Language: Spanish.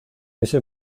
ese